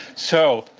so,